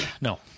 no